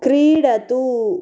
क्रीडतु